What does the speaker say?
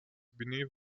beneath